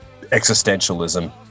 existentialism